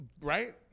right